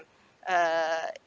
uh